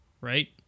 Right